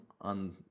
on